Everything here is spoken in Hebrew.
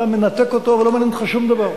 אתה מנתק אותו ולא מעניין אותך שום דבר,